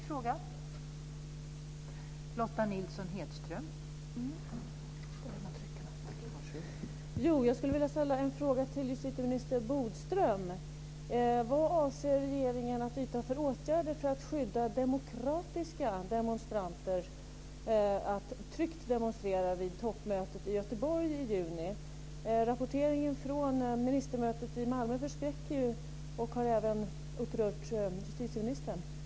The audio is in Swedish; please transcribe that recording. Fru talman! Jag skulle vilja ställa en fråga till justitieminister Bodström: Vilka åtgärder avser regeringen att vidta för att skydda demokratiska demonstranters möjligheter att tryggt demonstrera vid toppmötet i Göteborg i juni? Rapporterna från ministermötet i Malmö förskräcker och har ju även upprört justitieministern.